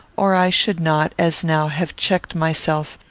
or i should not, as now, have checked myself,